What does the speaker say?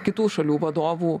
kitų šalių vadovų